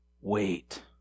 Wait